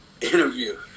interview